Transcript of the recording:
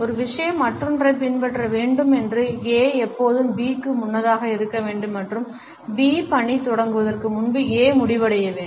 ஒரு விஷயம் மற்றொன்றைப் பின்பற்ற வேண்டும் மற்றும் A எப்போதும் B க்கு முன்னதாக இருக்க வேண்டும் மற்றும் B பணி தொடங்குவதற்கு முன்பு A முடிவடைய வேண்டும்